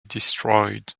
destroyed